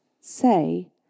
say